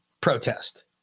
protest